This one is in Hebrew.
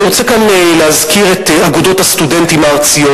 אני רוצה כאן להזכיר את אגודות הסטודנטים הארציות,